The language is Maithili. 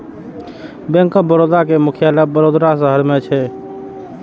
बैंक ऑफ बड़ोदा के मुख्यालय वडोदरा शहर मे छै